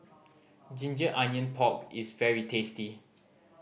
ginger onion pork is very tasty